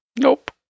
Nope